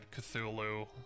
Cthulhu